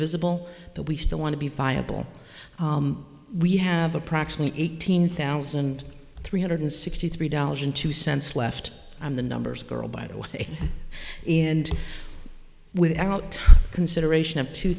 visible that we still want to be viable we have approximately eighteen thousand three hundred sixty three dollars and two cents left on the numbers girl by the way and without consideration of two